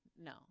No